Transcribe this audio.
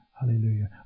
hallelujah